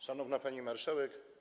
Szanowna Pani Marszałek!